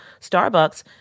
Starbucks